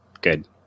good